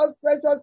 precious